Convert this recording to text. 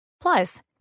Plus